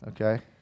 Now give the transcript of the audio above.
Okay